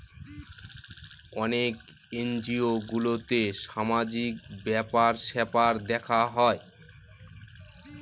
অনেক এনজিও গুলোতে সামাজিক ব্যাপার স্যাপার দেখা হয়